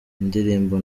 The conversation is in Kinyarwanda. indirimbo